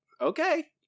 Okay